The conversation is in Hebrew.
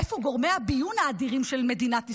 איפה גורמי הביון האדירים של מדינת ישראל?